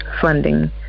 funding